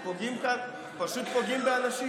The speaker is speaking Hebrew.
פשוט פוגעים באנשים.